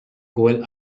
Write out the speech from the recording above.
well